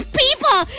people